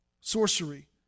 sorcery